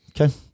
Okay